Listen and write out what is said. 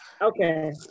okay